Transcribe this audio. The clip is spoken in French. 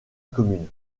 commune